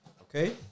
Okay